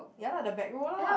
ya lah the back row lah